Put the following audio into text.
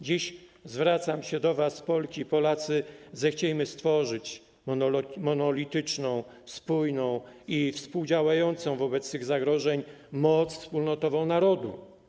Dziś zwracam się do was, Polki i Polacy: zechciejmy stworzyć monolityczną, spójną i współdziałającą wobec tych zagrożeń moc wspólnotową narodu.